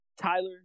Tyler